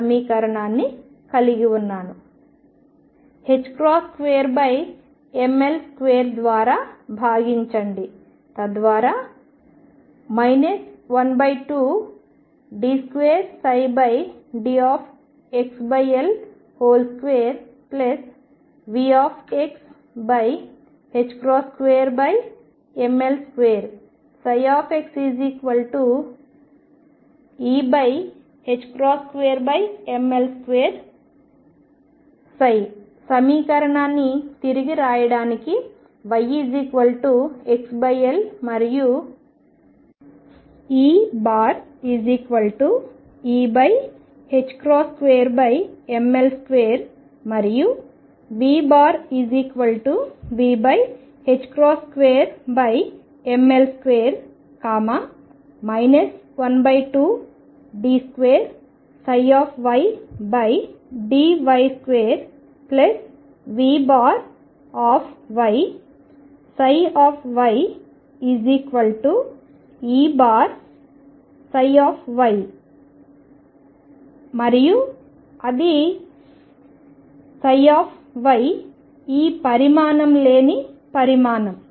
2mL2 ద్వారా భాగించండి తద్వారా 12d2dxL2Vx2mL2 ψxE2mL2 ψ సమీకరణాన్ని తిరిగి వ్రాయడానికి yxL మరియు EE2mL2 మరియు VV2mL2 12d2ydy2V ψyE ψ మరియు అది ψ ఈ పరిమాణం లేని పరిమాణం